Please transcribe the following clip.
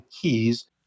keys